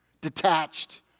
detached